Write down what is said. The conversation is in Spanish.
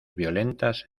violentas